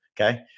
Okay